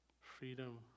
Freedom